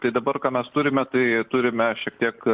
tai dabar ką mes turime tai turime šiek tiek